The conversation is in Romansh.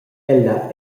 ella